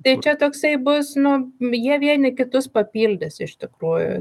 tai čia toksai bus nu jie vieni kitus papildys iš tikrųjų